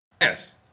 Yes